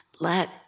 let